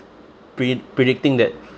pre~ predicting that